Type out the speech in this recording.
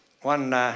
one